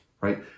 right